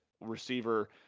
receiver